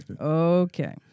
Okay